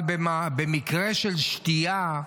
אבל במקרה של שתייה,